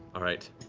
all right.